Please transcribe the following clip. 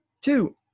two